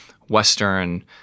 Western